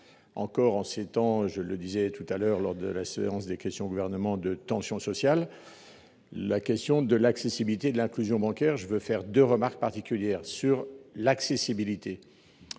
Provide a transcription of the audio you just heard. Encore en s'étant, je le disais tout à l'heure lors de la séance des questions au gouvernement de tension sociale. La question de l'accessibilité de l'inclusion bancaire, je veux faire de remarque particulière sur l'accessibilité.